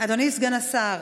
אדוני סגן השר,